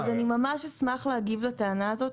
אני ממש אשמח להגיב לטענה הזאת.